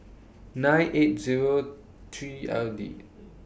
nine eight Zero three L D